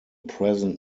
present